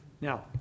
Now